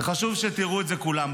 חשוב שתראו את זה כולם.